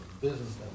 business